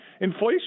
Inflation